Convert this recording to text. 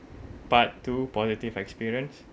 part two positive experience